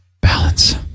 balance